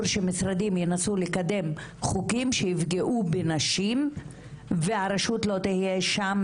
שמשרדים ינסו לקדם חוקים שיפגעו בנשים והרשות לא תהיה שם,